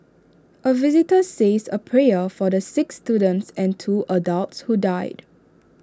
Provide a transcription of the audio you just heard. A visitor says A prayer for the six students and two adults who died